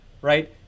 right